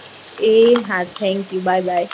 એ હા thank you bye by